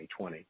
2020